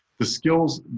the skills.